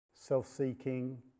self-seeking